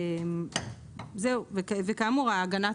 נכון.